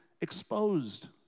exposed